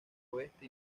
oeste